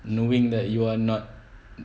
knowing that you are not